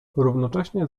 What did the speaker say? równocześnie